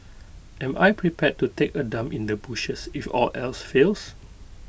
am I prepare to take A dump in the bushes if all else fails